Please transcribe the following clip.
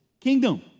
kingdom